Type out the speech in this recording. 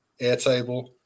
Airtable